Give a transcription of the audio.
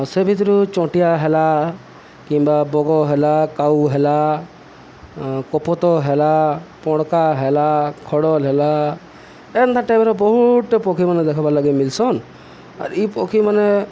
ସେ ଭିତରୁ ଚଟିଆ ହେଲା କିମ୍ବା ବଗ ହେଲା କାଉ ହେଲା କୋପତ ହେଲା ପଡ଼କା ହେଲା ଖଡ଼ଲ ହେଲା ଏନ୍ତା ଟାଇମ୍ର ବହୁତ ପକ୍ଷୀମାନେ ଦେଖବାର୍ ଲାଗି ମିଲସନ୍ ଆର୍ ପକ୍ଷୀମାନେ